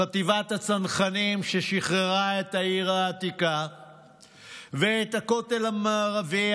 חטיבת הצנחנים ששחררה את העיר העתיקה ואת הכותל המערבי,